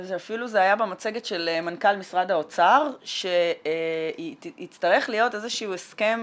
זה אפילו היה במצגת של מנכ"ל משרד האוצר שיצטרך להיות איזשהו הסכם